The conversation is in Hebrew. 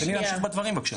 תן לי להמשיך בדברים בבקשה.